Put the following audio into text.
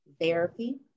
therapy